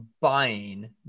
buying